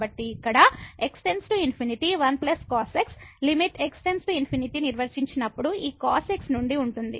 కాబట్టి ఇక్కడ x→∞ 1cos x limit x →∞ నిర్వచించబడనప్పుడు ఈ cos x నుండి ఉంటుంది